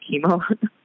chemo